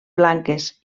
blanques